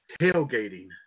tailgating